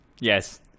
Yes